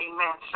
Amen